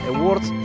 Awards